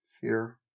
fear